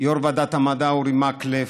יו"ר ועדת המדע אורי מקלב,